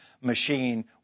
machine